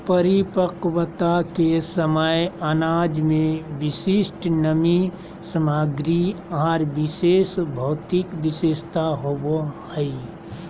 परिपक्वता के समय अनाज में विशिष्ट नमी सामग्री आर विशेष भौतिक विशेषता होबो हइ